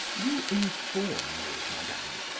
you inform me, madam,